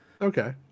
Okay